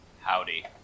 Howdy